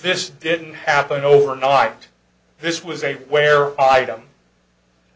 this didn't happen overnight this was a where item